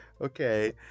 Okay